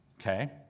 Okay